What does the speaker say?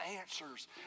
answers